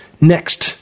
Next